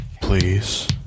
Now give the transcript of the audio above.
Please